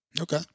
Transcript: Okay